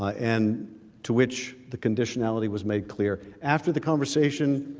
and to which the conditionality was made clear after the conversation